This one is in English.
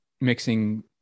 mixing